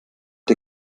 die